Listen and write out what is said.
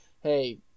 hey